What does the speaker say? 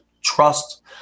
trust